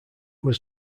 was